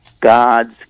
God's